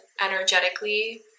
energetically